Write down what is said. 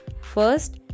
First